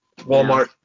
Walmart